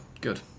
Good